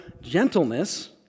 gentleness